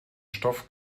stoff